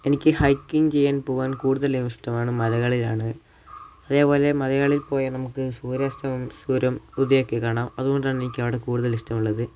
എനിക്ക് ഹൈക്കിങ് ചെയ്യാൻ പോവാൻ കൂടുതലും ഇഷ്ടമാണ് മലകളിലാണ് അതേപോലെ മലകളിൽ പോയാൽ നമുക്ക് സൂര്യാസ്തമയം സൂര്യോദയമൊക്കെ കാണാം അതുകൊണ്ടാണ് എനിക്ക് അവിടെ കൂടുതൽ ഇഷ്ടമുള്ളത്